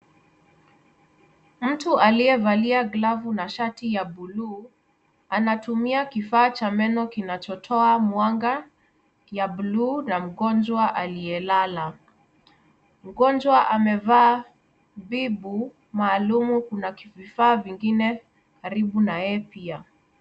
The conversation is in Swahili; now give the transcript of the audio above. Mtu aliyevalia glavu na shati ya buluu anatumia kifaa cha meno kinachotoa mwanga ya buluu na mgonjwa aliyelala. Mgonjwa amevaa bibu maalumu kuna kifaa kingine karibu na yeye pia.